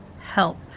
help